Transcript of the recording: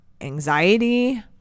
anxiety